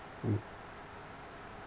mm